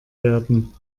werden